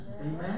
Amen